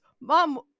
mom